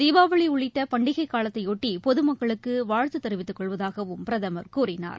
தீபாவளிஉள்ளிட்டபண்டிகைகாலத்தையொட்டி பொதுமக்களுக்குவாழ்த்துத் தெரிவித்துக் கொள்வதாகவும் பிரதமர் கூறினார்